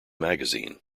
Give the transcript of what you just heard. magazine